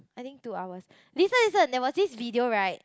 I think two hours listen listen that was this video right